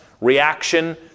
reaction